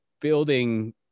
building